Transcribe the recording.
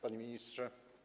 Panie Ministrze!